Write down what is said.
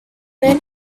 then